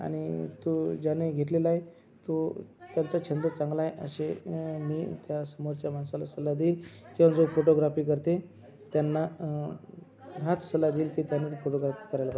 आणि तो ज्याने घेतलेला आहे तो तुमचा छंद चांगला आहे असे मी त्या समोरच्या माणसाला सल्ला देईन किवा जो फोटोग्राफी करते त्यांना हाच सल्ला देईल की त्यांनी फोटोग्राफी करायला